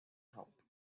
help